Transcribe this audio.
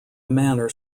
manner